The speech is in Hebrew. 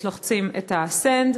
שלוחצים על ה-send,